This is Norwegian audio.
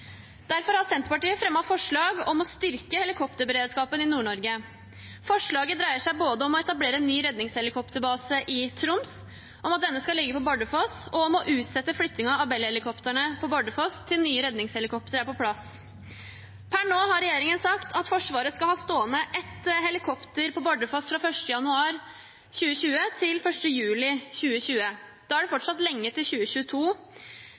Derfor har Senterpartiet fremmet forslag om å styrke helikopterberedskapen i Nord-Norge. Forslaget dreier seg både om å etablere ny redningshelikopterbase i Troms, om at denne skal ligge på Bardufoss, og om å utsette flyttingen av Bell-helikoptrene på Bardufoss inntil nye redningshelikoptre er på plass. Per nå har regjeringen sagt at Forsvaret skal ha stående ett helikopter på Bardufoss fra 1. januar 2020 til 1. juli 2020. Da er det fortsatt lenge til 2022.